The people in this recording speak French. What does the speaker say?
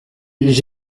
j’ai